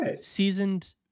seasoned